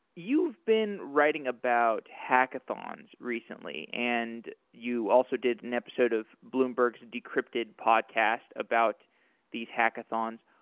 you've been writing about hackathons recently and you also did an episode of bloomberg's decrypted podcast about these hackathons.